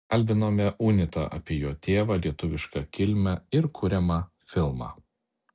kalbinome unitą apie jo tėvą lietuvišką kilmę ir kuriamą filmą